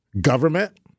government